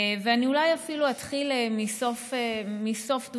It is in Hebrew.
אני אולי אפילו אתחיל מסוף דבריי.